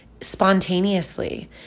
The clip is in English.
spontaneously